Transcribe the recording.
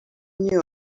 knew